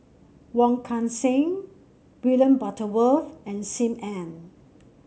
Wong Kan Seng William Butterworth and Sim Ann